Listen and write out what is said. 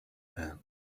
hand